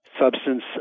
substance